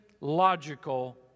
logical